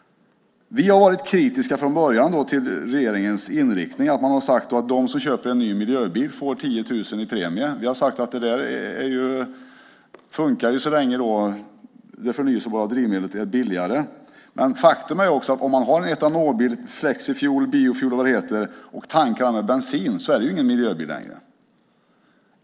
Vi har varit kritiska från början till regeringens inriktning, att de som köper en ny miljöbil får 10 000 kronor i premie. Vi har sagt att det fungerar så länge som det förnybara drivmedlet är billigare. Men faktum är att om den som har en etanolbil - flexifuel, biofuel eller vad det heter - och tankar den med bensin är det ju inte längre en miljöbil.